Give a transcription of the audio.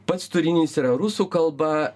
pats turinys yra rusų kalba